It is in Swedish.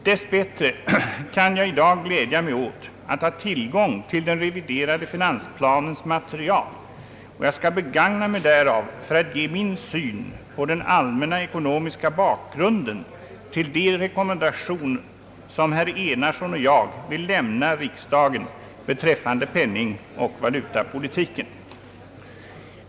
Dess bättre kan jag i dag glädja mig åt att ha tillgång till den reviderade finansplanens material, och jag skall begagna mig därav för att ge min syn på den allmänna ekonomiska bakgrunden till de rekommendationer som herr Enarsson och jag vill lämna riksdagen beträffande penningoch valutapolitiken.